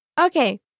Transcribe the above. Okay